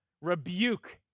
rebuke